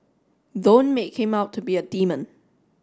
don't make him out to be a demon